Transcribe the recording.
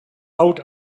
out